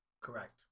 correct